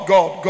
God